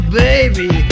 baby